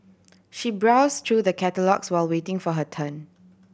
she browse through the catalogues while waiting for her turn